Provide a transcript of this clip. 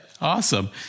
awesome